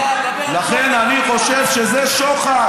לכן, אני חושב שזה שוחד.